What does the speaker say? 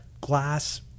glass